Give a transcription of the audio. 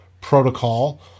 protocol